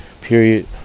period